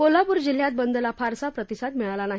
कोल्हापूर जिल्ह्यात बंदला फारसा प्रतिसाद मिळाला नाही